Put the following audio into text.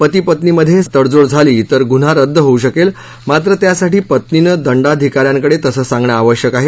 पती पत्नींनी समझोता केला तर गुन्हा रद्द होऊ शकेल मात्र त्यासाठी पत्नीनं दंडाधिका यांकडे तसं सांगणं आवश्यक आहे